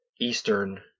Eastern